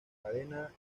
cadena